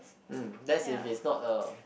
mm that's if it's not a